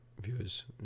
viewers